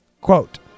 quote